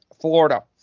Florida